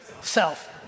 Self